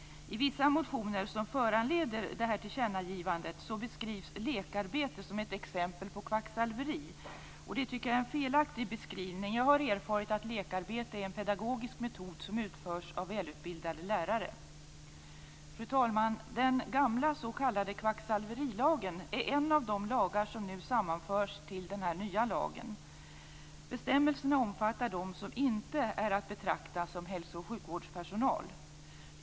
I vissa motioner som föranleder detta beskrivs lekarbete som ett exempel på kvacksalveri. Det är en felaktig beskrivning. Jag har erfarit att lekarbete är en pedagogisk metod som utförs av välutbildade lärare. Fru talman! Den gamla s.k. kvacksalverilagen är en av de lagar som nu sammanförs till den här nya lagen. Bestämmelserna omfattar dem som inte är att betrakta som hälso och sjukvårdspersonal.